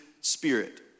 spirit